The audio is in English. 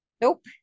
Nope